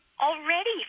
already